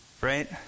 Right